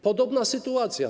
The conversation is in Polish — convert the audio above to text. Podobna sytuacja.